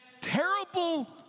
terrible